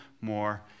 more